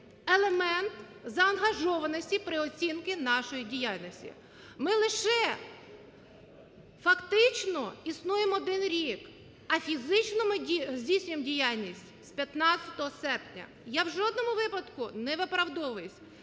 елемент заангажованості переоцінки нашої діяльності. Ми лише фактично існуємо один рік, а фізично ми здійснюємо діяльність з 15 серпня. Я в жодному випадку не виправдовуюся,